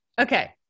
Okay